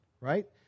right